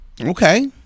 Okay